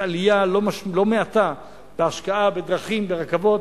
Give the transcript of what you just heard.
יש עלייה לא מעטה בהשקעה בדרכים, ברכבות.